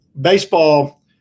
baseball